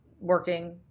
working